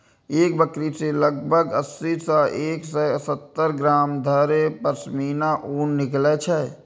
एक बकरी सं लगभग अस्सी सं एक सय सत्तर ग्राम धरि पश्मीना ऊन निकलै छै